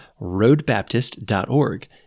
roadbaptist.org